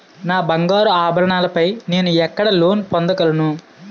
నా బంగారు ఆభరణాలపై నేను ఎక్కడ లోన్ పొందగలను?